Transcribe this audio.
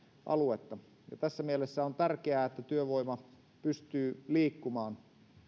aluetta ja tässä mielessä on tärkeää että työvoima pystyy liikkumaan